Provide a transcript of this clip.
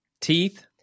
Teeth